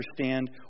understand